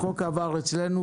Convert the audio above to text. החוק עבר אצלנו,